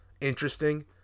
interesting